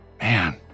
Man